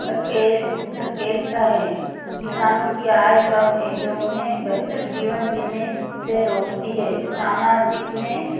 धके धकेलता है किसानों की आय कम है जो उन्हें बेहतर जीवन जीने से रोकती है सामाजिक में